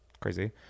Crazy